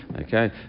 Okay